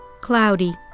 Cloudy